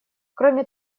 кроме